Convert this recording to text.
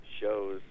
shows